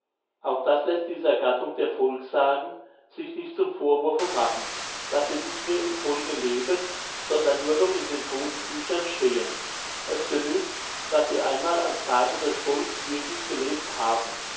auch das läßt dieser gattung der volkssagen sich nicht zum vorwurfe machen daß sie nicht mehr im volke leben sondern nur noch in den todten büchern stehen es genügt daß sie einmal als sage des volks wirklich gelebt haben